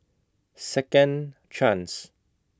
Second Chance